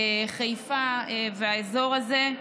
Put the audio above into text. חיפה והאזור הזה,